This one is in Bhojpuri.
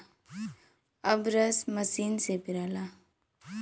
अब रस मसीन से पेराला